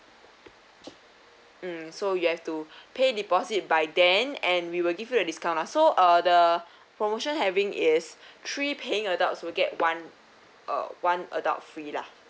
um so you have to pay deposit by then and we will give you a discount lah so uh the promotion having is three paying adults will get one uh one adult free lah